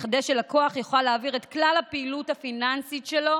וכדי שלקוח יוכל להעביר את כלל הפעילות הפיננסית שלו,